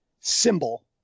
symbol